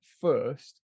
first